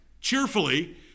cheerfully